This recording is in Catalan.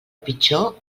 pitjor